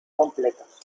completos